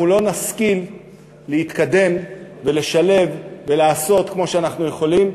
אנחנו לא נשכיל להתקדם ולשלב ולעשות כמו שאנחנו יכולים.